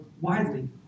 widely